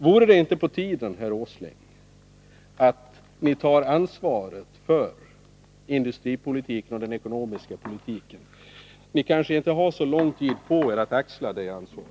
Vore det inte på tiden, herr Åsling, att ta ansvaret för industripolitiken och den ekonomiska politiken? Ni har kanske inte så lång tid på er att axla det ansvaret.